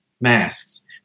masks